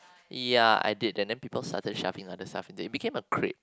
ya I did that then people started shoving other stuff into it it became a crepe